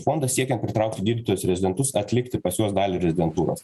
fondą siekian pritraukti gydytojus rezidentus atlikti pas juos dalį rezidentūros